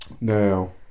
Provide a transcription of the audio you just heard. Now